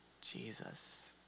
Jesus